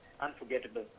unforgettable